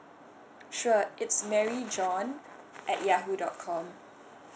sure it's mary john at yahoo dot com